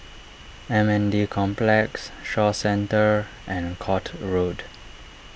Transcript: M N D Complex Shaw Centre and Court Road